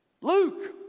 Luke